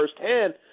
firsthand